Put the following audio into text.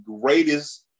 greatest